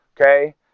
Okay